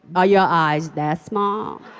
are your eyes that small?